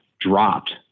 dropped